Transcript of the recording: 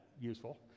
useful